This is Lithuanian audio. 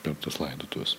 per tas laidotuves